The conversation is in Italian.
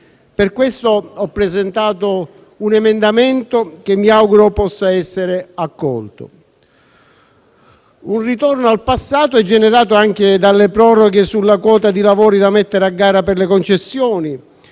Per questo ho presentato un emendamento, che mi auguro possa essere accolto. Un ritorno al passato è generato anche dalle proroghe sulla quota di lavori da mettere a gara per le concessioni,